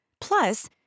Plus